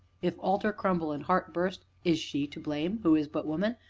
if altar crumble and heart burst, is she to blame who is but woman,